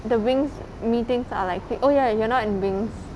the wings meetings are like oh ya you're not in wings